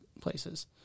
places